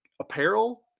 apparel